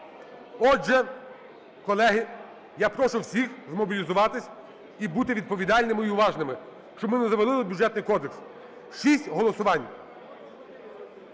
Отже, колеги, я прошу всіх змобілізуватись і бути відповідальними і уважними, щоб ми не завалили Бюджетний кодекс. Шість голосувань.